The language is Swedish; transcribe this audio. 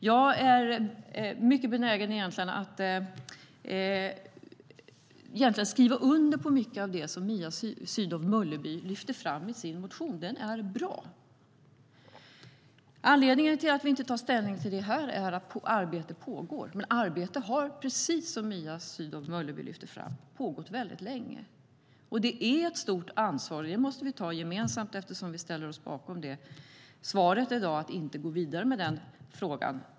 Jag är mycket benägen att skriva under på mycket av det som Mia Sydow Mölleby lyfte fram i sin motion. Den är bra. Anledningen till att vi inte tar ställning till det här är att arbete pågår. Men arbete har, precis som Mia Sydow Mölleby lyfte fram, pågått väldigt länge. Det är ett stort ansvar att utveckla det, och det måste vi ta gemensamt eftersom vi ställer oss bakom att i dag inte gå vidare med den frågan.